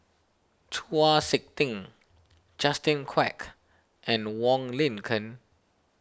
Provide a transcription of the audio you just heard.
Chau Sik Ting Justin Quek and Wong Lin Ken